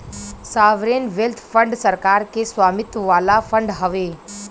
sovereign wealth fund सरकार के स्वामित्व वाला फंड हवे